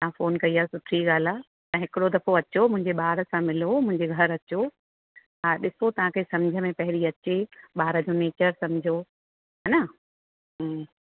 तव्हां फ़ोन कई आहे सुठी ॻाल्हि आहे तव्हां हिकिड़ो दफ़ो अचो मुंहिंजे ॿार सां मिलो मुंहिंजे घरु अचो हा ॾिसो तव्हांखे सम्झ में पहिरीं अचे ॿार जो नेचर सम्झो हन हूं